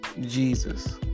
Jesus